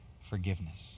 forgiveness